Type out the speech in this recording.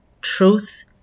truth